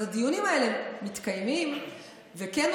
זאת אומרת,